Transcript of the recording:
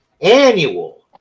annual